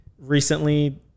recently